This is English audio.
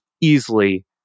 easily